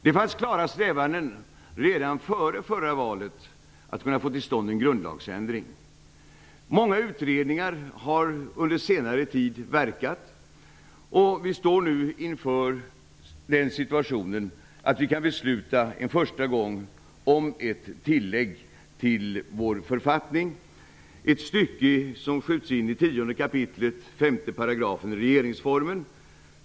Det fanns klara strävanden redan före förra valet att få till stånd en grundlagsändring. Många utredningar har under senare tid verkat för detta, och vi står nu inför situationen att för första gången besluta om ett tillägg till vår författning. Det är ett stycke som skjuts in i 10 kap. 5 § i regeringsformen.